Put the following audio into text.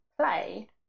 play